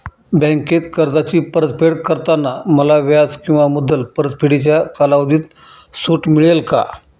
बँकेत कर्जाची परतफेड करताना मला व्याज किंवा मुद्दल परतफेडीच्या कालावधीत सूट मिळेल का?